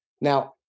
Now